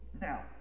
Now